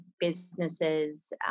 businesses